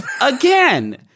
Again